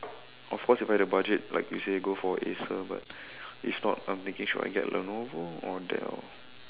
of course if I had the budget like you say go for Acer but if not I'm thinking should I get Lenovo or Dell